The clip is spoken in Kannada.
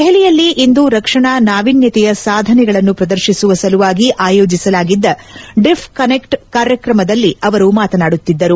ದೆಹಲಿಯಲ್ಲಿಂದು ರಕ್ಷಣಾ ನಾವಿನ್ಯತೆಯ ಸಾಧನೆಗಳನ್ನು ಪ್ರದರ್ಶಿಸುವ ಸಲುವಾಗಿ ಆಯೋಜಿಸಲಾಗಿದ್ದ ಡಿಫ್ ಕನೆಕ್ಟ್ ಕಾರ್ಯಕ್ರಮದಲ್ಲಿ ಅವರು ಮಾತನಾಡುತ್ತಿದ್ದರು